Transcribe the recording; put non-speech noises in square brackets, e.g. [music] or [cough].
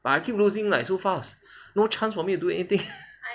but I keep losing like so fast no chance for me to do anything [laughs]